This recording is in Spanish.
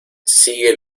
sigue